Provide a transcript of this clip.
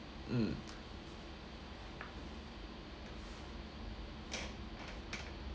mm